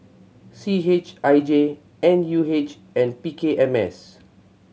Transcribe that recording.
C H I J N U H and P K M S